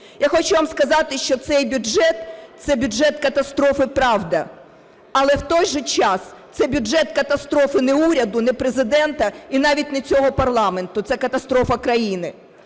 Я хочу вам сказати, що цей бюджет, це бюджет катастрофи, правда. Але в той же час, це бюджет катастрофи не уряду, не Президента і навіть не цього парламенту – це катастрофа країни.